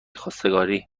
خواستگاری